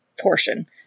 portion